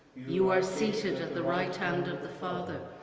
you are seated at the right hand of the father,